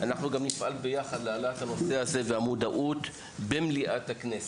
אנחנו גם נפעל ביחד להעלאת הנושא הזה והמודעות במליאת הכנסת.